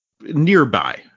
nearby